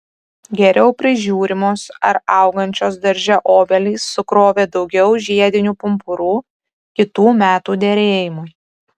geriau prižiūrimos ar augančios darže obelys sukrovė daugiau žiedinių pumpurų kitų metų derėjimui